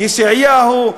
ישעיהו.